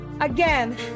Again